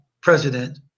president